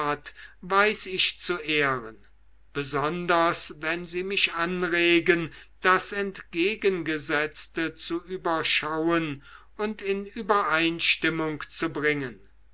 weiß ich zu ehren besonders wenn sie mich anregen das entgegengesetzte zu überschauen und in übereinstimmung zu bringen